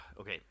Okay